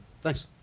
Thanks